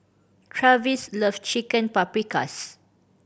Travis loves Chicken Paprikas